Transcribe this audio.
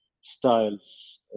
styles